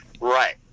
Right